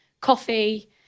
coffee